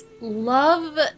love